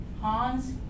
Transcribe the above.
Hans